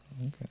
Okay